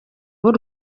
b’u